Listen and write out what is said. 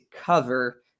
cover